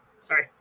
sorry